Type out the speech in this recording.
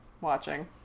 watching